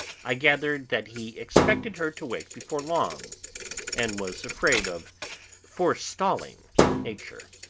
i gathered that he expected her to wake before long and was afraid of forestalling nature.